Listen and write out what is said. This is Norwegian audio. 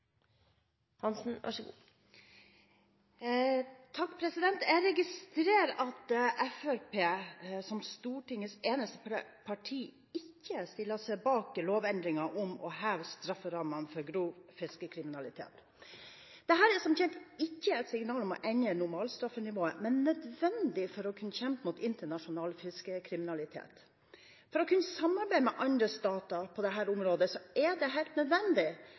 Jeg registrerer at Fremskrittspartiet som Stortingets eneste parti ikke stiller seg bak lovendringen om å heve strafferammene for grov fiskekriminalitet. Dette er som kjent ikke et signal om å endre normalstraffenivået, men noe som er nødvendig for å kunne kjempe mot internasjonal fiskekriminalitet. For å kunne samarbeide med andre stater på dette området er det helt nødvendig